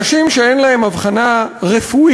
אנשים שאין להם אבחנה רפואית-פסיכיאטרית